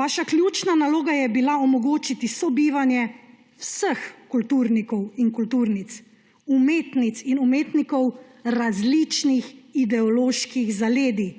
Vaša ključna naloga je bila omogočiti sobivanje vseh kulturnikov in kulturnic, umetnic in umetnikov različnih ideoloških zaledij